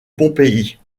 pompéi